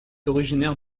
originaire